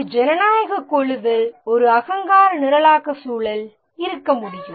ஒரு ஜனநாயகக் குழுவில் ஒரு அகங்கார நிரலாக்க சூழல் இருக்க முடியும்